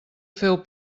féu